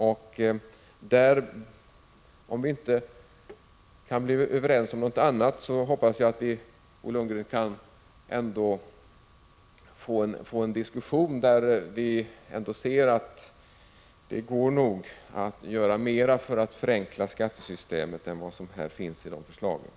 Om vi inte kan bli överens om något annat, hoppas jag att Bo Lundgren och jag ändå kan få en diskussion för att försöka göra mer för att förenkla skattesystemet än vad som finns i de moderata förslagen.